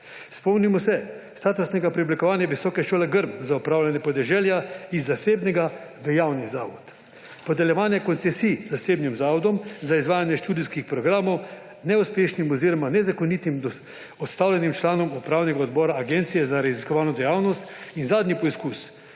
Spomnimo se statusnega preoblikovanja Visoke šole za upravljanje podeželja Grm iz zasebnega v javni zavod, podeljevanja koncesij zasebnim zavodom za izvajanje študijskih programov neuspešnim oziroma nezakonitim odstavljenim članov Upravnega odbora Agencije za raziskovalno dejavnost in zadnji poskus